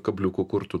kabliukų kur tu